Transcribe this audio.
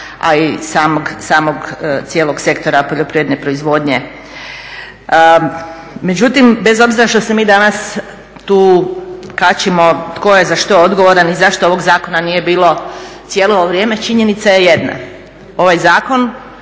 a i samog cijelog sektora poljoprivredne proizvodnje. Međutim, bez obzira što se mi danas tu kačimo tko je za što odgovoran i zašto ovog zakona nije bilo cijelo ovo vrijeme, činjenica je jedna. Ovaj zakon